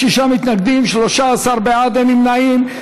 56 מתנגדים, 13 בעד, אין נמנעים.